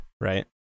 right